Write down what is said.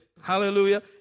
Hallelujah